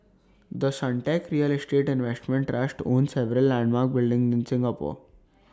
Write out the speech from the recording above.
the Suntec real estate investment trust owns several landmark buildings in Singapore